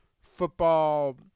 football